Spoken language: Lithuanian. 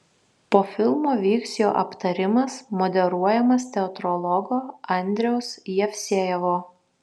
po filmo vyks jo aptarimas moderuojamas teatrologo andriaus jevsejevo